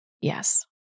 Yes